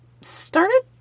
started